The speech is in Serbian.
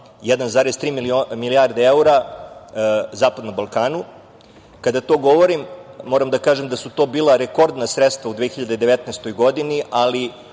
1,3 milijarde evra Zapadnom Balkanu. Kada to govorim, moram da kažem da su to bila rekordna sredstva u 2019. godini, ali